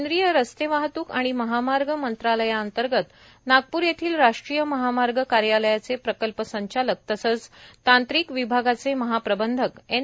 केंद्रीय रस्ते वाहत्क आणि महामार्ग मंत्रालयांतर्गत नागपूर येथील राष्ट्रीय महामार्ग कार्यालयाचे प्रकल्प संचालक तसेच तांत्रिक विभागाचे महाप्रबंधक एन